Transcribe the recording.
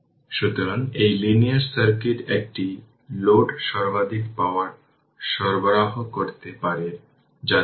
সুতরাং চিত্র 81 এর সার্কিটে কোন রেজিস্টর RL সর্বাধিক পাওয়ার এবসর্ব করবে এবং পাওয়ার কী